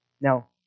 Now